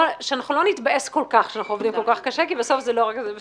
שאנחנו לא נתבאס כל כך שאנחנו עובדים כל כך קשה כי בסוף זה בסדר.